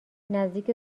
نزدیک